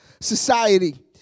society